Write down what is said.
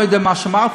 לא יודע מה אמרת,